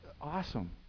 Awesome